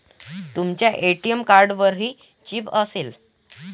तुमच्या ए.टी.एम कार्डवरही चिप असेल